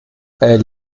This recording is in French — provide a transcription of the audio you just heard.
elle